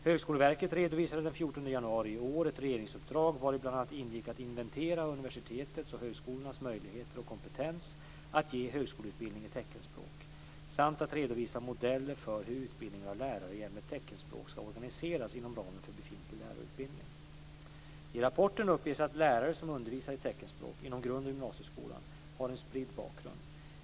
Högskoleverket redovisade den 14 januari i år ett regeringsuppdrag vari bl.a. ingick att inventera universitets och högskolors möjligheter och kompetens att ge högskoleutbildning i teckenspråk samt att redovisa modeller för hur utbildningen av lärare i ämnet teckenspråk ska organiseras inom ramen för befintlig lärarutbildning. I rapporten uppges att lärare som undervisar i teckenspråk inom grund och gymnasieskolan har en spridd bakgrund.